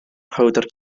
powdr